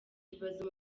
bibaza